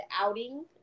outing